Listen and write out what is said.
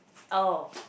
oh